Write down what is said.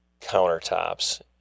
countertops